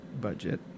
budget